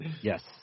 Yes